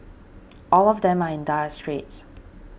all of them are in dire straits